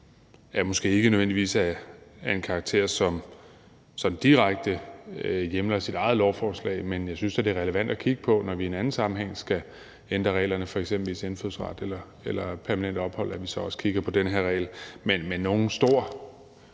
omfang måske ikke nødvendigvis er af en karakter, som direkte hjemler sit eget lovforslag. Men jeg synes, det er relevant at kigge på, når vi i en anden sammenhæng skal ændre reglerne, f.eks. for indfødsret eller permanent ophold, altså at vi så også kigger på den her regel. Men nogen stor